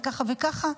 וככה וככה.